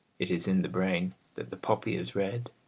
it is in the brain that the poppy is red,